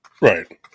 Right